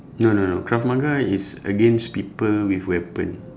no no no krav maga is against people with weapon